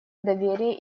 доверие